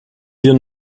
wir